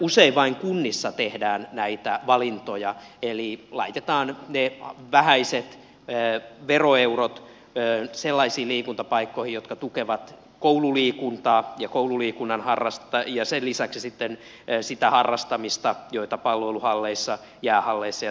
usein vain kunnissa tehdään näitä valintoja eli laitetaan ne vähäiset veroeurot sellaisiin liikuntapaikkoihin jotka tukevat koululiikuntaa koululiikunnan harrastamista ja sen lisäksi sitten sitä harrastamista jota palloiluhalleissa jäähalleissa ja tämäntyyppisissä on